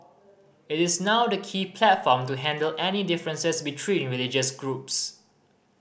it is now the key platform to handle any differences between religious groups